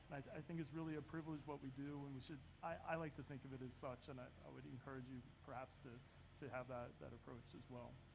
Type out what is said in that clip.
i think it's really a privilege what we do. and we should. i like to think of it as such and i would encourage you perhaps to to have that that approach as well.